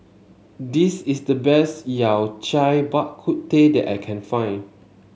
this is the best Yao Cai Bak Kut Teh that I can find